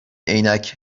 عینک